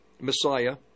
Messiah